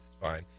fine